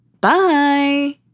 Bye